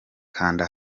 kanda